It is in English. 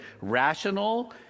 rational